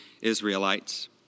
Israelites